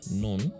known